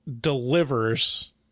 delivers